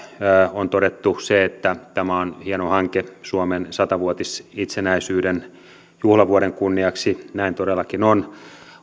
on todettu se että tämä on hieno hanke suomen itsenäisyyden sata vuotisjuhlavuoden kunniaksi näin todellakin on